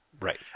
Right